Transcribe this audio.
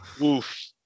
Oof